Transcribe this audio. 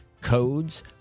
codes